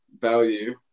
value